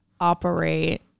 operate